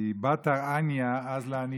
כי "בתר עניא אזלא עניותא"